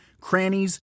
crannies